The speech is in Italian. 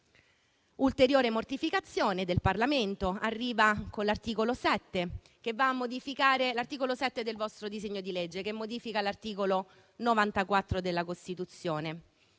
ulteriore mortificazione del Parlamento arriva con l'articolo 7 del vostro disegno di legge che modifica l'articolo 94 della Costituzione.